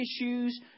issues